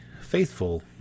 faithful